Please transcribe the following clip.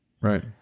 Right